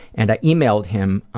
and i emailed him